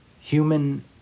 human